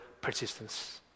persistence